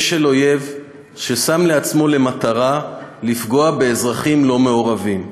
אש של אויב ששם לעצמו למטרה לפגוע באזרחים לא מעורבים.